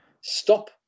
stop